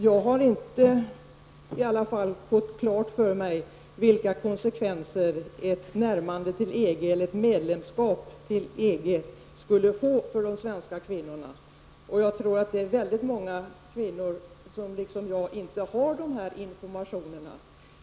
Jag har i varje fall inte fått klart för mig vilka konsekvenser ett närmande till eller medlemskap i EG skulle få de svenska kvinnorna, och jag tror att det är väldigt många kvinnor som liksom jag inte har den informationen.